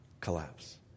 collapse